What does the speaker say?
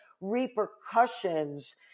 repercussions